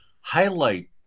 highlight